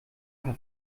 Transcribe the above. paar